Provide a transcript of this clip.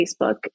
Facebook